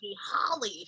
Holly